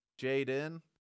Jaden